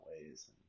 ways